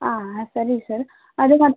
ಆಂ ಸರಿ ಸರ್ ಅದು ಮ